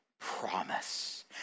promise